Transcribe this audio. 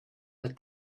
the